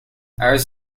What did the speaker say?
ours